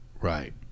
Right